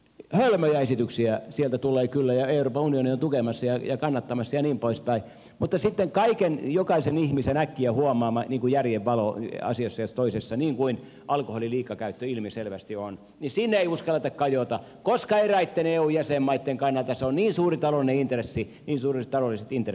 hölmöjä esityksiä sieltä tulee kyllä ja euroopan unioni on tukemassa ja kannattamassa ja niin pois päin mutta sitten jokaisen ihmisen äkkiä huomaamaan asiaan järjen valo asiassa jos toisessa niin kuin alkoholin liikakäyttö ilmiselvästi on ei uskalleta kajota koska eräitten eun jäsenmaitten kannalta on niin suuret taloudelliset intressit tässä takana